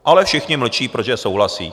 Ale všichni mlčí, protože souhlasí.